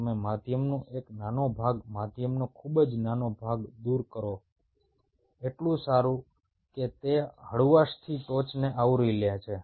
તમે માધ્યમનો એક નાનો ભાગ માધ્યમનો ખૂબ જ નાનો ભાગ દૂર કરો એટલું સારું કે તે હળવાશથી ટોચને આવરી લે છે